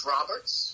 Roberts